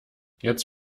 jetzt